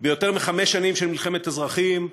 ביותר מחמש שנים של מלחמת אזרחים.